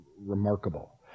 remarkable